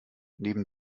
neben